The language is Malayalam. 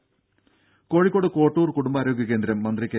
രുഭ കോഴിക്കോട് കോട്ടൂർ കുടുംബാരോഗ്യ കേന്ദ്രം മന്ത്രി കെ